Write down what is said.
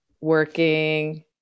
working